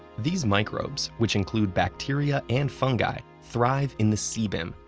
these microbes, which include bacteria and fungi, thrive in the sebum,